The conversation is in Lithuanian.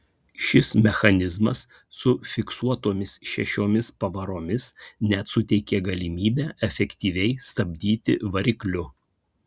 šis mechanizmas su fiksuotomis šešiomis pavaromis net suteikė galimybę efektyviai stabdyti varikliu